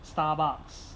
starbucks